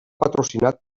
patrocinat